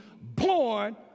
born